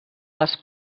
les